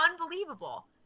unbelievable